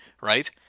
right